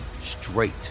straight